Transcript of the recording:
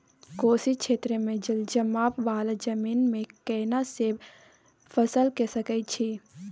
कोशी क्षेत्र मे जलजमाव वाला जमीन मे केना सब फसल के सकय छी?